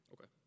Okay